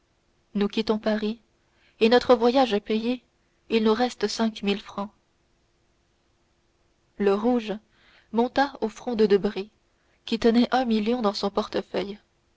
nous quittons paris et notre voyage payé il nous reste cinq mille francs le rouge monta au front de debray qui tenait un million dans son portefeuille